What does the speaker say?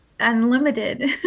unlimited